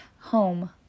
home